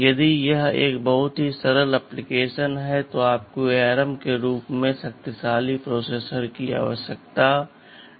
यदि यह एक बहुत ही सरल ऍप्लिकेशन् है तो आपको ARM के रूप में शक्तिशाली प्रोसेसर की आवश्यकता नहीं है